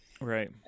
Right